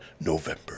November